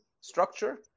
structure